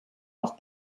auch